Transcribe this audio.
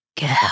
Go